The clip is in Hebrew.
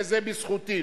וזה בזכותי,